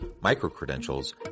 micro-credentials